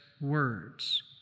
words